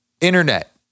internet